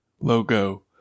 logo